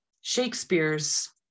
Shakespeare's